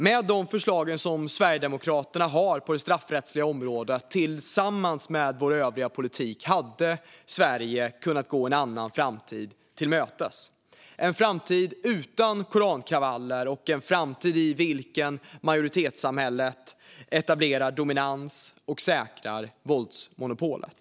Med de förslag som Sverigedemokraterna har på det straffrättsliga området tillsammans med vår övriga politik hade Sverige kunnat gå en annan framtid till mötes. Det skulle vara en framtid utan korankravaller och en framtid i vilken majoritetssamhället etablerar dominans och säkrar våldsmonopolet.